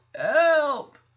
help